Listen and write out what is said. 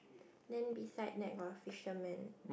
then beside that got a fisherman